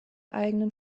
eigenen